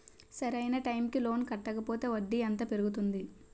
సరి అయినా టైం కి లోన్ కట్టకపోతే వడ్డీ ఎంత పెరుగుతుంది?